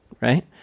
right